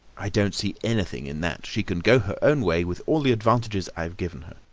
i don't see anything in that. she can go her own way, with all the advantages i have given her.